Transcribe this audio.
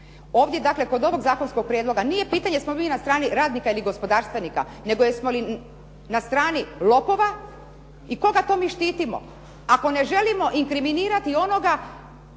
Ovdje, dakle kod ovog zakonskog prijedloga nije pitanje jesmo li na strani radnika ili gospodarstvenika, nego jesmo li na strani lopova i koga mi to štitimo? Ako ne želimo inkriminirati onog